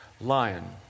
lion